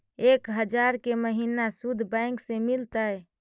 एक हजार के महिना शुद्ध बैंक से मिल तय?